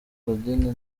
claudine